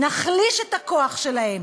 נחליש את הכוח שלהם.